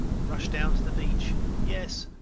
rushed down to the beach yes,